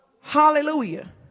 Hallelujah